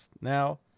Now